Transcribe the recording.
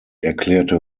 erklärte